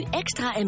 extra